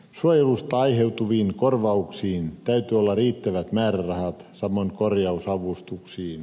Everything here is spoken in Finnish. suojelusta aiheutuviin korvauksiin täytyy olla riittävät määrärahat samoin korjausavustuksiin